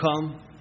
come